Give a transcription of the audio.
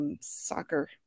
soccer